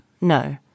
no